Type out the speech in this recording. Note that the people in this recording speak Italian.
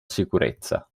sicurezza